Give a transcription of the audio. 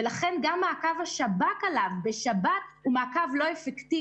ולכן גם מעקב השב"כ עליו בשבת הוא לא אפקטיבי.